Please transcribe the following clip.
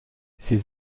ses